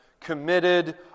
committed